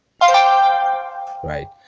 right